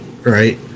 right